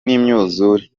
n’imyuzure